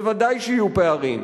ודאי שיהיו פערים.